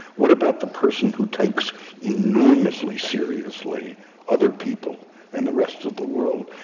what about the person who takes enormously seriously other people and the rest of the world?